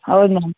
ಹೌದು ಮ್ಯಾಮ್